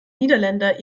niederländer